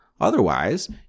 Otherwise